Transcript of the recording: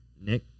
nick